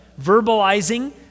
Verbalizing